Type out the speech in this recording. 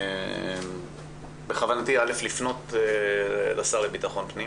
בכוונתי לפנות לשר לביטחון פנים